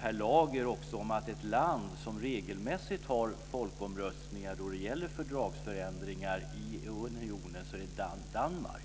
Per Lager om att ett land som regelmässigt har folkomröstningar då det gäller fördragsändringar i unionen är Danmark.